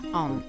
on